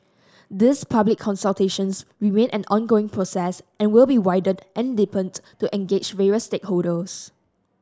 these public consultations remain an ongoing process and will be widened and deepened to engage various stakeholders